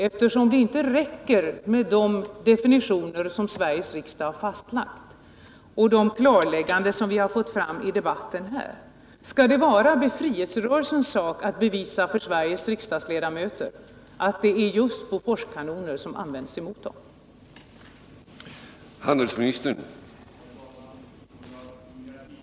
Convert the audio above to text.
Eftersom det inte räcker med de definitioner som Sveriges riksdag har fastlagt och de klarlägganden som vi har fått fram i debatten här, kvarstår min fråga: Är det befrielserörelsens sak att bevisa för Sveriges riksdags ledamöter att just Boforskanoner används mot befrielserörelsen?